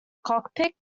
cockpit